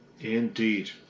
indeed